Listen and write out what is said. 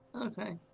Okay